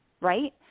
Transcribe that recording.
right